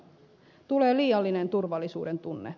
tulee liiallinen turvallisuuden tunne